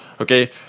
Okay